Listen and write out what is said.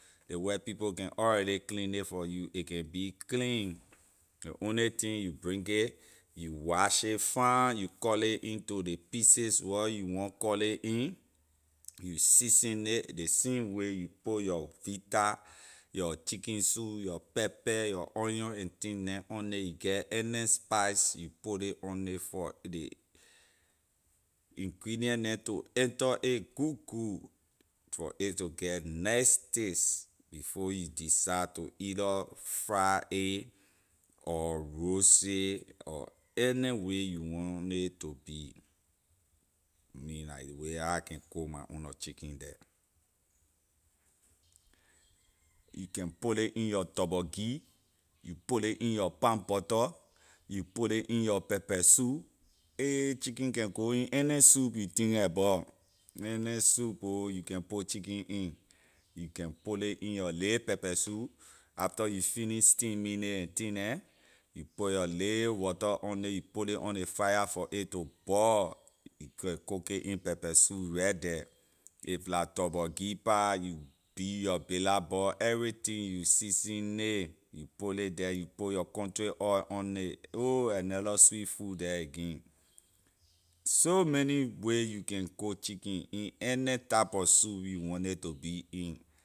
Ley white people can already clean it for you a can clean ley only thing you bring it you wash a fine you cut ley into ley pieces wor you want cut ley in you season nay ley same way you put your vita your chicken sue your pepper your onion and thing neh you get any spice you put ley on ley for ley ingredient neh to enter in it good good for a to get nice taste before you decide to either fried a or roast a or any way you want it to be me la ley way how I can cook my own nor chicken them you can put ley in your torborgee you put ley in your palm butter you put ley in your pepper soup ay chicken can go in any soup you think abor any soup oh you can put chicken in you can put ley in your lay pepper soup after you finish steaming nay and thing neh you put your lay water on nay you put ley on ley fire for a to boil you can cook it in pepper soup right there if la torborgee pah you beat your bitter ball everything you season nay you put ley the you put your country oil on it whole another sweet food there again so many way you can cook chicken in any type of soup you want nay to be in